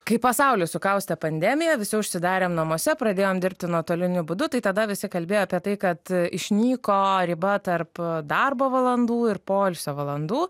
kai pasaulį sukaustė pandemija visi užsidarėm namuose pradėjom dirbti nuotoliniu būdu tai tada visi kalbėjo apie tai kad išnyko riba tarp darbo valandų ir poilsio valandų